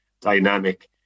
dynamic